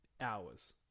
hours